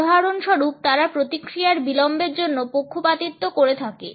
উদাহরণস্বরূপ তারা প্রতিক্রিয়ার বিলম্বের জন্য পক্ষপাতিত্ব করে থাকে